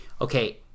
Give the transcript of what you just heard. okay